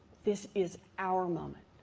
this is our moment.